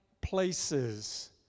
places